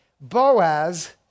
Boaz